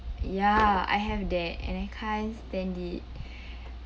ya I have that and I can't stand it